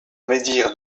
médire